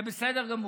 זה בסדר גמור.